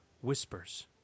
whispers